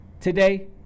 today